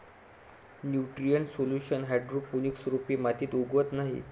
nutrient solution hydroponics रोपे मातीत उगवत नाहीत